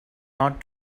not